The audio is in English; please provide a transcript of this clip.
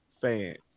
fans